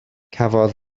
cafodd